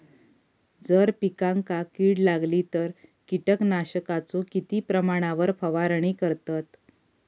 जर पिकांका कीड लागली तर कीटकनाशकाचो किती प्रमाणावर फवारणी करतत?